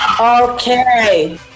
Okay